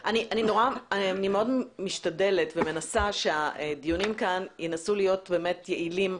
אני מאוד משתדלת שהדיונים כאן יהיו יעילים.